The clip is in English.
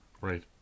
Right